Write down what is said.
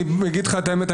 אני אגיד לך את האמת,